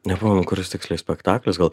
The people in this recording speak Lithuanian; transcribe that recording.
nepamenu kuris tiksliai spektaklis gal